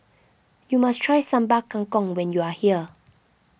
you must try Sambal Kangkong when you are here